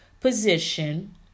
position